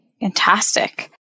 fantastic